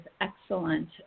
excellent